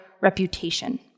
reputation